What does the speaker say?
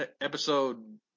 episode